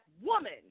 woman